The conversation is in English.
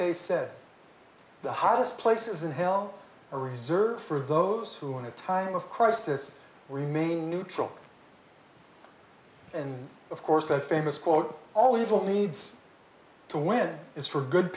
they said the hottest places in hell are reserved for those who in a time of crisis remain neutral and of course the famous quote all evil needs to win is for good